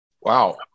Wow